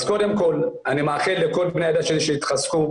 אז קודם כל אני מאחל לכל בני העדה שלי שיתחזקו.